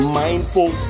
mindful